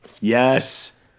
Yes